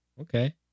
Okay